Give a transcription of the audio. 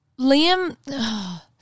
Liam